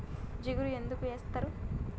జిలుగు ఎందుకు ఏస్తరు?